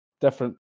different